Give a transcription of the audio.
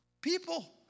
people